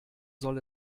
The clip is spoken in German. soll